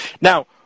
now